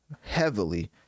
Heavily